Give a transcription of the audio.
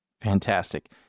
Fantastic